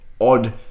odd